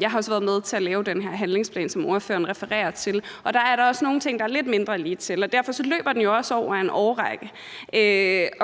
Jeg har også været med til at lave den handlingsplan, som ordføreren refererer til, og deri er der også nogle ting, der er lidt mindre ligetil, og derfor løber den jo også over en årrække.